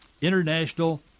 International